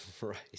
Right